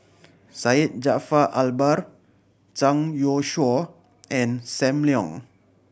Syed Jaafar Albar Zhang Youshuo and Sam Leong